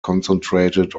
concentrated